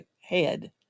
head